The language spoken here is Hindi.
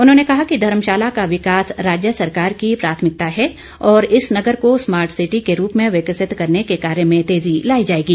उन्होंने कहा कि धर्मशाला का विकास राज्य सरकार की प्राथमिकता है और इस नगर को स्मार्ट सिटी के रूप में विकसित करने के कार्य में तेज़ी लाई जाएगी